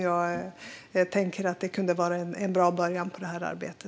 Det tänker jag kan vara en bra början på detta arbete.